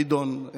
גדעון,